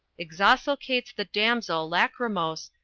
exosculates the damsel lachrymose,